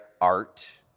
art